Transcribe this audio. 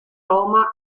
roma